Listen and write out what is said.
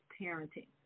parenting